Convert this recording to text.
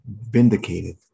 vindicated